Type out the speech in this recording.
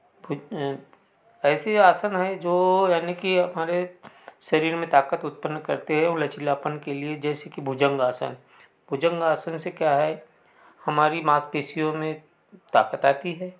ऐसा आसन है जो यानि कि हमारे शरीर में ताकत उत्पन्न करती है और लचीलापन के लिए जैसे कि भुजंगासन भुजंगासन से क्या है हमारी मांसपेशियों में ताकत आती है